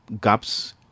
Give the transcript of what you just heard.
gaps